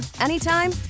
anytime